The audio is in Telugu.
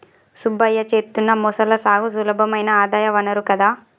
సుబ్బయ్య చేత్తున్న మొసళ్ల సాగు సులభమైన ఆదాయ వనరు కదా